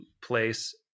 place